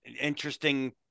interesting